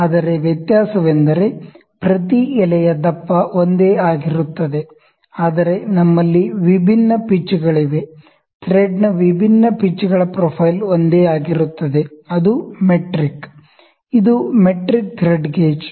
ಆದರೆ ವ್ಯತ್ಯಾಸವೆಂದರೆ ಪ್ರತಿ ಎಲೆಯ ದಪ್ಪ ಒಂದೇ ಆಗಿರುತ್ತದೆ ಆದರೆ ನಮ್ಮಲ್ಲಿ ವಿಭಿನ್ನ ಪಿಚ್ಗಳಿವೆ ಥ್ರೆಡ್ನ ವಿಭಿನ್ನ ಪಿಚ್ಗಳ ಪ್ರೊಫೈಲ್ ಒಂದೇ ಆಗಿರುತ್ತದೆ ಅದು ಮೆಟ್ರಿಕ್ ಇದು ಮೆಟ್ರಿಕ್ ಥ್ರೆಡ್ ಗೇಜ್